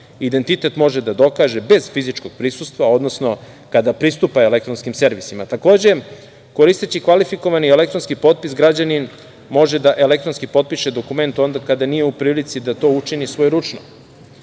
identitet može da dokaže bez fizičkog prisustva, odnosno kada pristupe elektronskim servisima. Takođe, koristeći kvalifikovani elektronski potpis građanin može da elektronski potpiše dokument onda kada nije u prilici da to učini svojeručno. Korišćenje